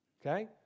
okay